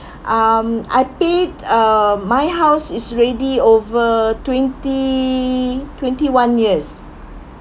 um I paid um my house is ready over twenty twenty one years